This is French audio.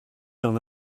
d’un